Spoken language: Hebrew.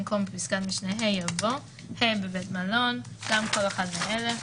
במקום פסקת משנה (ה) יבוא: "(ה) בבית מלון-גם כל אחד מאלה: